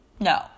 No